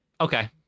Okay